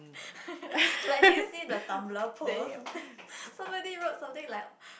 like did you see the tumbler post somebody wrote something like